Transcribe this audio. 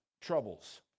troubles